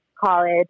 College